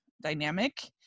dynamic